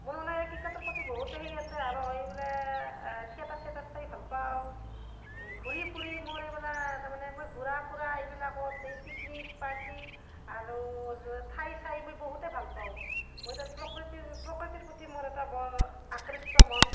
মোৰ মানে এই ক্ৰিকেটৰ প্ৰতি বহুতেই সেই আছে আৰু এইবিলাক থিয়েটাৰ চিয়েটাৰ চাই ভাল পাওঁ ঘূৰি ফুৰি মোৰ এইমানে তাৰ মানে মই ঘূৰা ফুৰা এইবিলাকত এই পিকনিক পাৰ্টী আৰু ঠাই চাই মই বহুতেই ভাল পাওঁ মই তাৰ প্ৰকৃতিৰ প্ৰকৃতিৰ প্ৰতি মোৰ এটা বৰ আকৃষ্ট মন